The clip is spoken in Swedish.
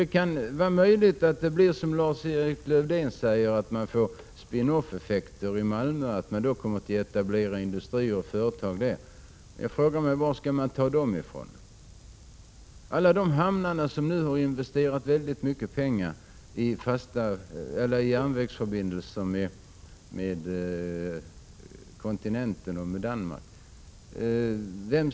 Det är möjligt att det, som Lars-Erik Lövdén säger, uppstår spin off-effekter i Malmö som leder till etablering av industrier och företag där. Men jag frågar mig varifrån man skall ta dessa industrier och företag. Vem skall överta de utgifter som alla de hamnar har som har investerat väldigt mycket pengar i järnvägsförbindelser med kontinenten och Danmark?